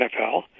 NFL